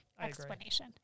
explanation